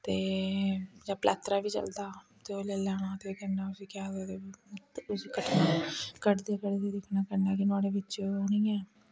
ते जां पलैत्तरा बी चलदा ते ओह् लेई लैना ते कन्नै उसी केह् आखदे ते उसी कट्टना कटदे कटदे दिक्खना कन्नै कि नोहाड़े बिच्च ओह् निं ऐ